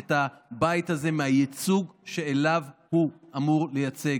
את הבית הזה מהייצוג שאותו הוא אמור לייצג.